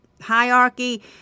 hierarchy